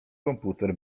komputer